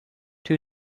two